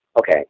okay